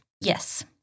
Yes